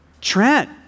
Trent